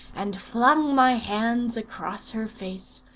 and flung my hands across her face.